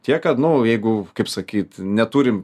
tiek kad nu jeigu kaip sakyt neturim